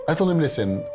ah told him, listen,